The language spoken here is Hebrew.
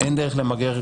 אין דרך למגר,